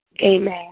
Amen